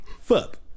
Fuck